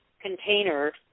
containers